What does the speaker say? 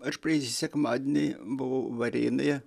aš praėjusį sekmadienį buvau varėnoje